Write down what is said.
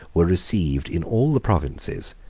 were received in all the provinces,